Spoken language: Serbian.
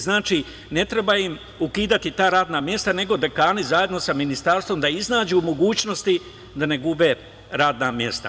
Znači, ne treba im ukidati ta radna mesta, nego dekani zajedno sa Ministarstvom da iznađu mogućnosti da ne gube radna mesta.